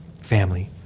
family